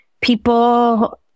people